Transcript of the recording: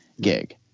gig